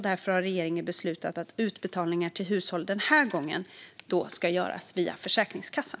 Därför har regeringen beslutat att utbetalningarna till hushåll den här gången ska göras via Försäkringskassan.